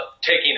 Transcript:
taking